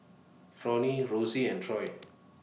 Fronnie Rosey and Troy